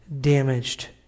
damaged